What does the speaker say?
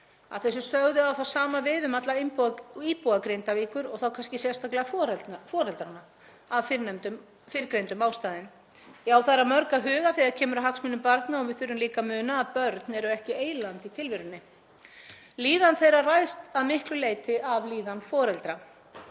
þessu sögðu á það sama við um alla íbúa Grindavíkur og þá kannski sérstaklega foreldrana af fyrrgreindum ástæðum. Já, það er að mörgu að huga þegar kemur að hagsmunum barna og við þurfum líka að muna að börn eru ekki eyland í tilverunni. Líðan þeirra ræðst að miklu leyti af líðan foreldra.